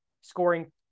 scoring